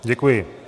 Děkuji.